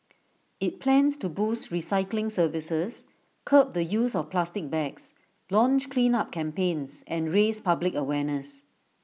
IT plans to boost recycling services curb the use of plastic bags launch cleanup campaigns and raise public awareness